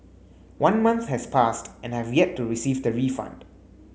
one month has passed and I have yet to receive the refund